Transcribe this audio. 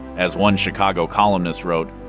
as one chicago columnist wrote,